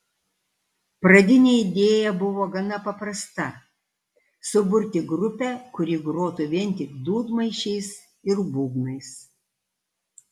pradinė idėja buvo gana paprasta suburti grupę kuri grotų vien tik dūdmaišiais ir būgnais